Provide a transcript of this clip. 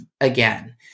again